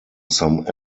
some